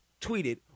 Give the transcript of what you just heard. Tweeted